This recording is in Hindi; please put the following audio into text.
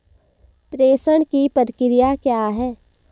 प्रेषण की प्रक्रिया क्या है?